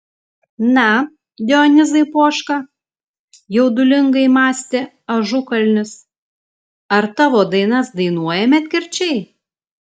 na dionizai poška jaudulingai mąstė ažukalnis ar tavo dainas dainuoja medkirčiai